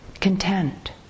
content